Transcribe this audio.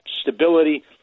stability